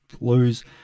lose